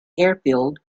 airfield